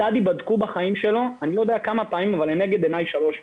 את עדי בדקו רק לנגד עיני שלוש פעמים.